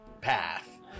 path